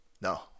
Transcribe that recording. No